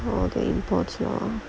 oh the imports lah